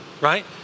right